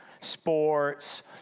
sports